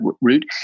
route